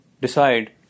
decide